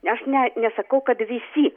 aš ne nesakau kad visi